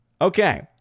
Okay